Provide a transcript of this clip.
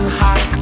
hot